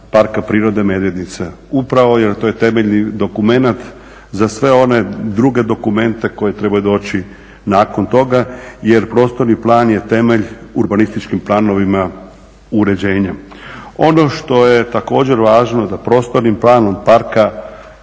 Parka prirode Medvednica? Upravo jer to je temeljni dokumenat, za sve one druge dokumente koje trebaju doći nakon toga jer prostorni plan je temelj urbanističkim planovima uređenjem. Ono što je također važno da prostornim planom Parka